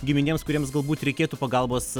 giminėms kuriems galbūt reikėtų pagalbos